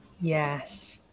Yes